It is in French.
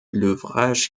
l’ouvrage